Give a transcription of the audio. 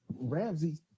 Ramsey